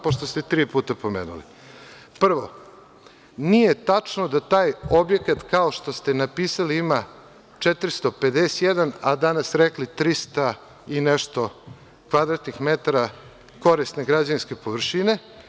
Pošto ste ovo tri puta spomenuli, ovo moram, prvo, nije tačno da taj objekat kao što ste napisali ima 451, a danas ste rekli 300 i nešto kvadratnih metara korisne građevinske površine.